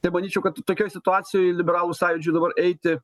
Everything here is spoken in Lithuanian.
tai manyčiau kad tokioj situacijoj liberalų sąjūdžiui dabar eiti